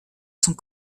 sont